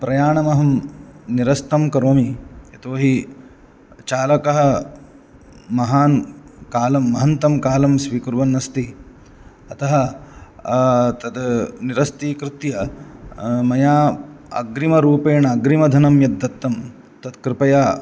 प्रयाणमहं निरस्तं करोमि यतोहि चालकः महान् कालं महन्तं कालं स्वीकुर्वन् अस्ति अतः तत् निरस्तीकृत्य मया अग्रिमरूपेण अग्रिमधनं यद्दत्तं तत् कृपया